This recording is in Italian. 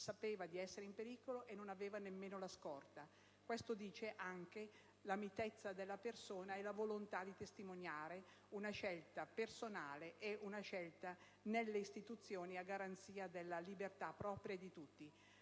Sapeva di essere in pericolo e non aveva nemmeno la scorta. Questo dice anche la mitezza della persona e la volontà di testimoniare una scelta personale e nelle istituzioni a garanzia della libertà propria e di tutti.